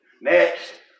Next